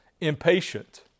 impatient